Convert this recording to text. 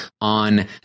on